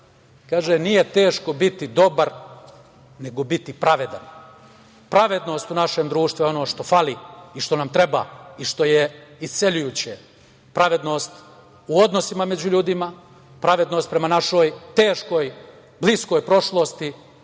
Kaže: „Nije teško biti dobar, teško je biti pravedan.“ Pravednost u našem društvu je ono što fali i što nam treba i što je isceljujuće, pravednost u odnosima među ljudima, pravednost prema našoj teškoj, bliskoj prošlosti,